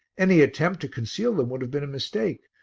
any attempt to conceal them would have been a mistake,